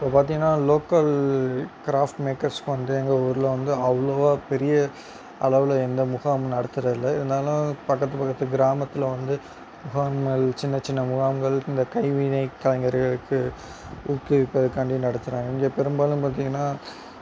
இப்போ பார்த்திங்கன்னா local crafts makers வந்து எங்கள் ஊரில் வந்து அவ்வளோவா பெரிய அளவில் எந்த முகாமும் நடத்துவது இல்லை இருந்தாலும் பக்கத்து பக்கத்து கிராமத்தில் வந்து முகாம்கள் சின்ன சின்ன முகாம்கள் இந்த கைவினை கலைஞர்களுக்கு ஊக்குவிற்பதற்காண்டி நடத்துகிறாங்க இங்கே பெரும்பாலும் பார்த்திங்கன்னா